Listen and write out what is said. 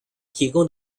提供